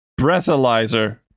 breathalyzer